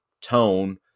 tone